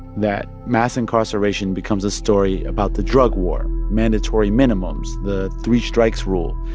that mass incarceration becomes a story about the drug war, mandatory minimums, the three-strikes rule.